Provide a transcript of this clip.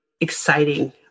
exciting